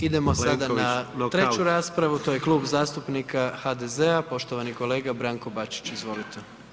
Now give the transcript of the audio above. Idemo sada na treću raspravu, to je Klub zastupnika HDZ-a, poštovani kolega Branko Bačić, izvolite.